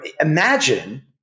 imagine